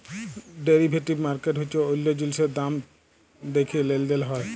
derivative market হচ্যে অল্য জিলিসের দাম দ্যাখে লেলদেল হয়